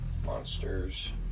Monsters